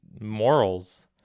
morals